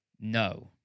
No